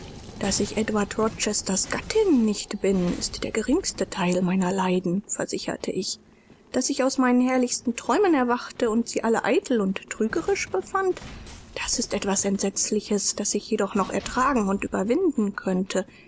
daß ich edward rochesters gattin nicht bin ist der geringste teil meiner leiden versicherte ich daß ich aus meinen herrlichsten träumen erwachte und sie alle eitel und trügerisch befand das ist etwas entsetzliches das ich jedoch noch ertragen und überwinden könnte